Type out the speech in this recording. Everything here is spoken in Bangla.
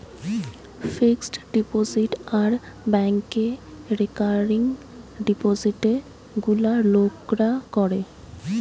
ফিক্সড ডিপোজিট আর ব্যাংকে রেকারিং ডিপোজিটে গুলা লোকরা করে